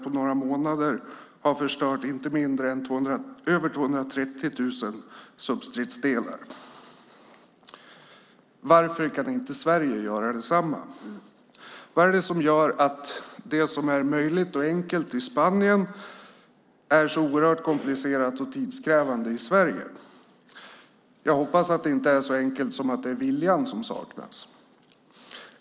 På några månader har över 230 000 substridsdelar förstörts. Varför kan inte Sverige göra detsamma? Vad är det som gör att det som i Spanien är möjligt och enkelt är så oerhört komplicerat och tidskrävande i Sverige? Jag hoppas att det inte är så enkelt som att det är viljan som saknas.